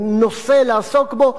נושא לעסוק בו.